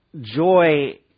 joy